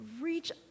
reach